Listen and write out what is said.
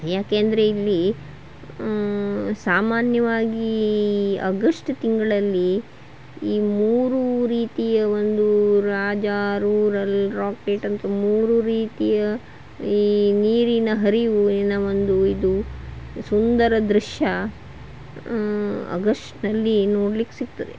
ಯಾಕೆಂದರೆ ಇಲ್ಲಿ ಸಾಮಾನ್ಯವಾಗೀ ಅಗಶ್ಟ್ ತಿಂಗಳಲ್ಲಿ ಈ ಮೂರು ರೀತಿಯ ಒಂದು ರಾಜ ರೂರರ್ ರಾಕೆಟ್ ಅಂತ ಮೂರು ರೀತಿಯ ಈ ನೀರಿನ ಹರಿವಿನ ಒಂದು ಇದು ಸುಂದರ ದೃಶ್ಯ ಆಗಶ್ಟ್ನಲ್ಲಿ ನೋಡ್ಲಿಕ್ಕೆ ಸಿಕ್ತದೆ